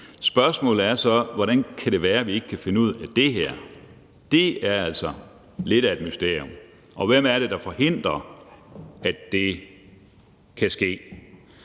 Spørgsmålet er så, hvordan det kan være, at vi ikke kan finde ud af det her. Det er altså lidt af et mysterium. Og hvem er det, der forhindrer, at det kan ske?